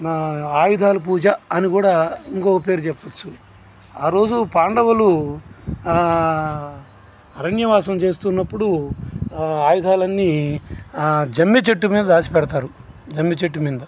నా ఆయుధాల పూజ అని కూడా ఇంకొక పేరు చెప్పొచ్చు ఆ రోజు పాండవులు అరణ్యవాసం చేస్తున్నప్పుడు ఆయుధాలన్నీ జమ్మి చెట్టు మీద దాచి పెడతారు జమ్మి చెట్టు మీద